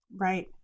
Right